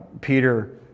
Peter